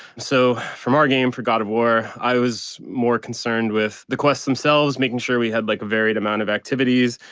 so for our game for god of war i was more concerned with the quests themselves, making sure we had like a varied amount of activities,